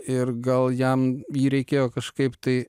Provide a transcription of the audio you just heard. ir gal jam jį reikėjo kažkaip tai